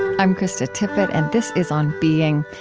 i'm krista tippett, and this is on being.